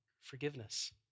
forgiveness